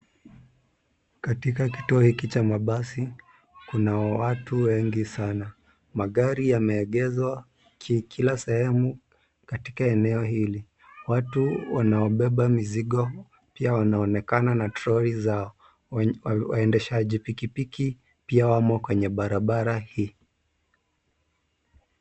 Katika kituo hiki cha mabasi, kuna watu wengi Sana. Magari yameegezwa kila sehemu katika eneo hili. Watu wanaobeba mizigo pia wanaonekana na troli zao. Waendeshaji pikipiki pia wamo kwenye barabara hii.